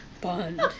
Bond